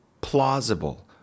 plausible